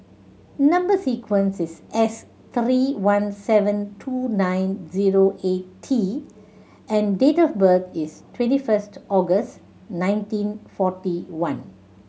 number sequence is S three one seven two nine zero eight T and date of birth is twenty first August nineteen forty one